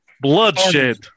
Bloodshed